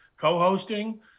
co-hosting